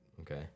Okay